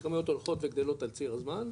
הכמויות הולכות וגדלות על ציר הזמן,